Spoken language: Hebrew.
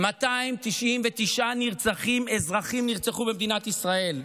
299 אזרחים נרצחו במדינת ישראל.